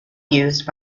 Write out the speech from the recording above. used